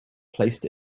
placed